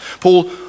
Paul